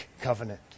Covenant